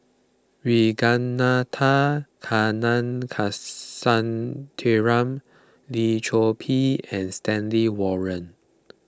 Ragunathar Lim Chor Pee and Stanley Warren